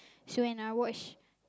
so when I watch